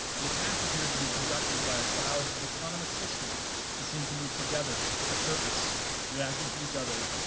the attack appeared to be conducted by a cloud of autonomous systems that seemed to move together with a purpose, reacting to each other,